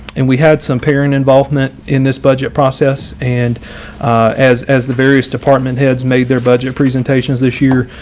and we had some parent involvement in this budget process. and as as the various department heads made their budget presentations this year,